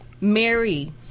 Mary